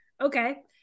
okay